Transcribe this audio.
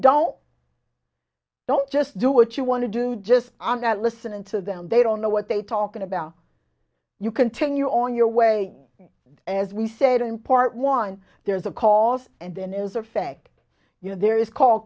don't don't just do what you want to do just on that listening to them they don't know what they talking about you continue on your way and as we said in part one there's a cause and then is effect you know there is call